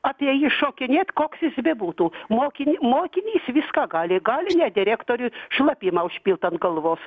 apie jį šokinėt koks jis bebūtų mokinį mokinį jis viską gali gali net direktoriui šlapimą užpilt ant galvos